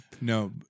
No